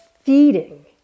feeding